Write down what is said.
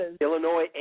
Illinois